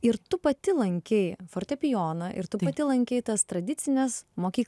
ir tu pati lankei fortepijoną ir tu pati lankei tas tradicines mokyklas